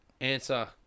answer